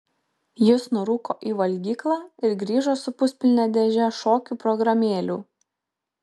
jis nurūko į valgyklą ir grįžo su puspilne dėže šokių programėlių